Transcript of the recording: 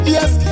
Yes